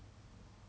ya what